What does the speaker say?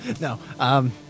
No